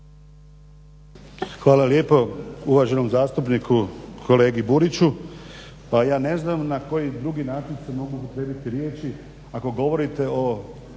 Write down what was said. Hvala lijepo uvaženom zastupniku kolegi Buriću, pa ja ne znam na koji drugi način se mogu pripremiti riječi ako govorite o